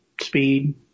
speed